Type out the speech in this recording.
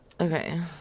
Okay